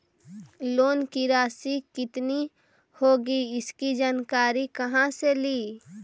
Loan की रासि कितनी होगी इसकी जानकारी कहा से ली?